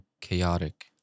chaotic